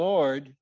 Lord